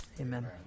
Amen